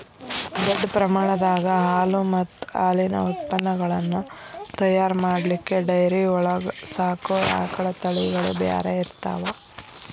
ದೊಡ್ಡ ಪ್ರಮಾಣದಾಗ ಹಾಲು ಮತ್ತ್ ಹಾಲಿನ ಉತ್ಪನಗಳನ್ನ ತಯಾರ್ ಮಾಡ್ಲಿಕ್ಕೆ ಡೈರಿ ಒಳಗ್ ಸಾಕೋ ಆಕಳ ತಳಿಗಳು ಬ್ಯಾರೆ ಇರ್ತಾವ